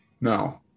no